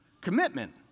commitment